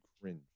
cringe